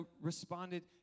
responded